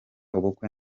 ubukwe